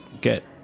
get